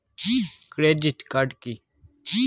Credit card key?